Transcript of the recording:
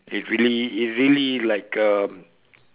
it really it really like um